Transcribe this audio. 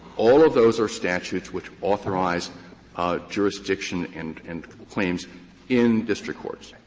all of those are statutes which authorize jurisdiction in and claims in district courts.